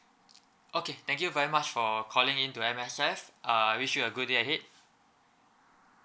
okay thank you very much for calling in to M_S_F err I wish you a good day ahead